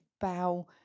bow